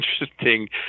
interesting